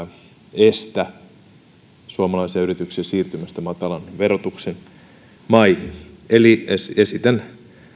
estä suomalaisia yrityksiä siirtymästä matalan verotuksen maihin eli esitän